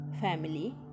family